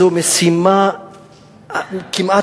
זו משימה כמעט,